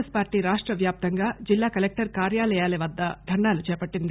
కాంగ్రెస్పార్టీ రాష్ట్ర వ్యాప్తంగా జిల్లా కలెక్టర్ కార్యాలయాల వద్ద ధర్నాలు చేపట్టింది